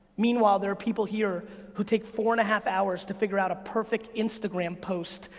meanwhile, there are people here who take four and a half hours to figure out a perfect instagram post,